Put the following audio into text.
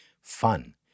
fun